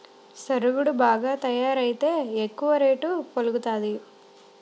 సరుగుడు బాగా తయారైతే ఎక్కువ రేటు పలుకుతాది